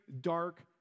dark